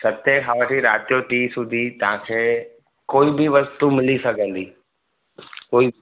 सते खां वठी राति जो टे सूदी तव्हांखे कोई बि वस्तू मिली सघंदी कोई